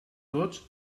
tots